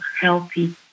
healthy